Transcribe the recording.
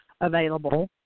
available